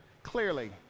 Clearly